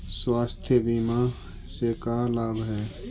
स्वास्थ्य बीमा से का लाभ है?